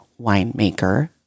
winemaker